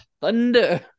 thunder